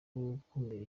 gukumira